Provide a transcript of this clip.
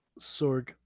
Sorg